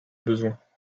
besoins